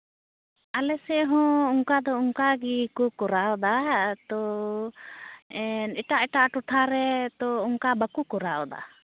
ᱟᱞᱮ ᱥᱮᱫ ᱦᱚᱸ ᱚᱱᱠᱟ ᱫᱚ ᱚᱱᱠᱟᱜᱮ ᱠᱚ ᱠᱚᱨᱟᱣᱫᱟ ᱛᱳ ᱮᱴᱟᱜ ᱮᱴᱟᱜ ᱴᱚᱴᱷᱟᱨᱮ ᱛᱳ ᱚᱱᱠᱟ ᱵᱟᱠᱳ ᱠᱚᱨᱟᱣᱫᱟ